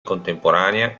contemporanea